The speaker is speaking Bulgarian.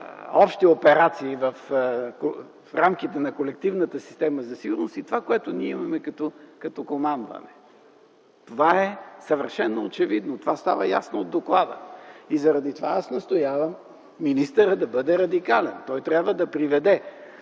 общи операции в рамките на колективната система за сигурност и това, което ние имаме като командване. Това е съвършено очевидно. Това става ясно от доклада. Заради това аз настоявам министърът да бъде радикален. Той трябва да приведе